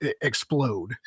explode